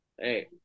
Hey